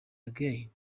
again